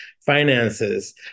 finances